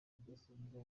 rudasumbwa